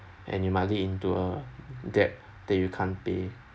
and it might lead into a debt that you can't pay